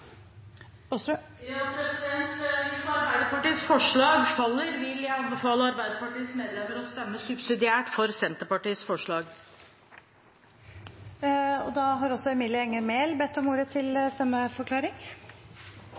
Arbeiderpartiets forslag faller, vil jeg anbefale Arbeiderpartiets medlemmer å stemme subsidiært for Senterpartiets forslag. Emilie Enger Mehl har bedt om ordet til en stemmeforklaring.